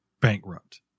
bankrupt